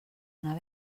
anar